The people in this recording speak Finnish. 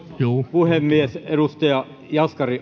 puhemies edustaja jaskari